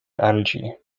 algae